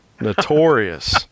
notorious